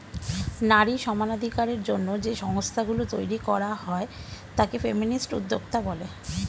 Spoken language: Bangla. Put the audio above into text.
নারী সমানাধিকারের জন্য যে সংস্থা গুলো তৈরী করা হয় তাকে ফেমিনিস্ট উদ্যোক্তা বলে